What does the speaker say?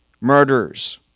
murderers